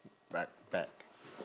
right back